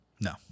No